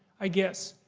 i guess.